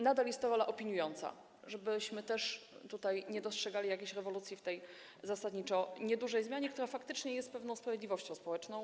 Nadal jest to rola opiniująca - żebyśmy też nie dostrzegali jakiejś rewolucji w tej zasadniczo niedużej zmianie - która faktycznie oddaje pewną sprawiedliwość społeczną.